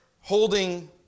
holding